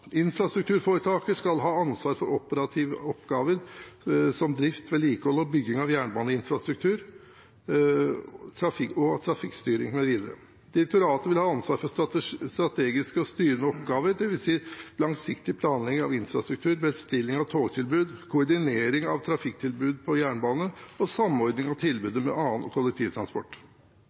ha ansvar for operative oppgaver som drift, vedlikehold og bygging av jernbaneinfrastruktur, trafikkstyring mv. Direktoratet vil ha ansvar for strategiske og styrende oppgaver, dvs. langsiktig planlegging av infrastruktur, bestilling av togtilbud, koordinering av trafikktilbud på jernbane og samordning av tilbudet med annen kollektivtransport.